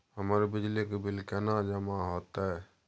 हमर बिजली के बिल केना जमा होते?